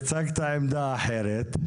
הצגת עמדה אחרת.